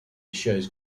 shows